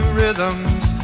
rhythms